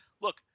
Look